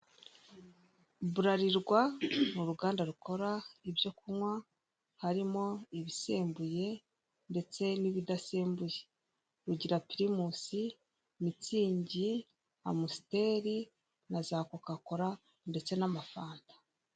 Bralirwa ni uruganda rukora ibyo kunywa harimo ibisembuye ndetse n'ibidasembuye, rugira pirimusi, mitsingi, amusiteri, naza koka kora ndetse n'amafanta.